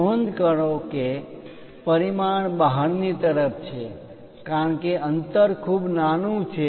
નોંધ કરો કે પરિમાણ બહારની તરફ છે કારણ કે અંતર ખૂબ નાનું છે